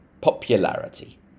popularity